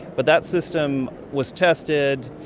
but that system was tested,